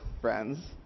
friends